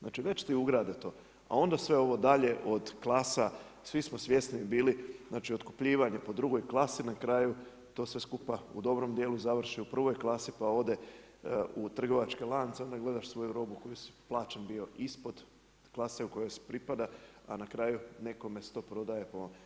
Znači već ti ugrade to, a onda sve ovo dalje, od klasa, svi smo svjesni bili, znači otkupljivanje po drugoj klasi, na kraju to sve skupa u dobrom dijelu završi, u prvoj klasi, pa ode u trgovačke lance, onda gledaš svoju robu koji si plaćen bio ispod klase u kojoj pripada, a na kraju, nekome se to prodaje po.